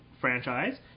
franchise